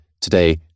today